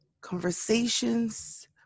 conversations